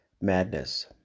Madness